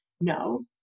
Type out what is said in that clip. No